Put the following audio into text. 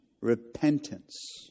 repentance